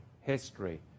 history